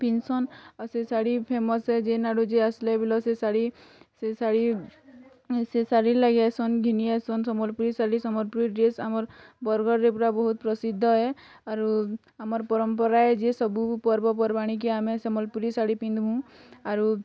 ପିନ୍ଧୁସନ୍ ଆଉ ସେ ଶାଢ଼ୀ ଫେମସ୍ ହେ ଯେନ୍ ଆଡ଼ୁ ଯିଏ ଆସିଲେ ବୋଲେ ସେ ଶାଢ଼ି ସେ ଶାଢ଼ୀ ସେ ଶାଢ଼ୀର୍ ଲାଗି ଆସନ୍ ଘିନି ଆସନ୍ ସମ୍ବଲପୁରୀ ଶାଢ଼ୀ ସମ୍ବଲପୁରୀ ଡ୍ରେସ୍ ଆମର୍ ବରଗଡ଼ରେ ପୁରା ବହୁତ ପ୍ରସିଦ୍ଧ ହେ ଆରୁ ଆମର୍ ପରମ୍ପରା ହେ ଯେ ସବୁ ପର୍ବପର୍ବାଣୀ କେ ଆମେ ସମ୍ବଲପୁରୀ ଶାଢ଼ୀ ପିନ୍ଧ୍ମୁଁ ଆରୁ